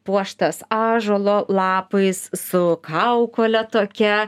puoštas ąžuolo lapais su kaukole tokia